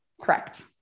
Correct